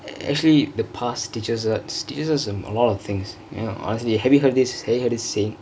actually the past teaches us still a lot of thingks ya honestly you have heard this you have heard sayingk